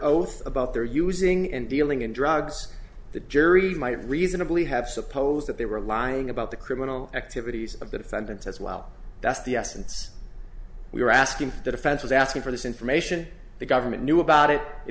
oath about their using and dealing in drugs the jury might reasonably have supposed that they were lying about the criminal activities of the defendant as well that's the essence we were asking for the defense was asking for this information the government knew about it it